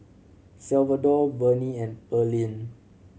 Salvador Vernie and Pearlene